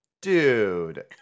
Dude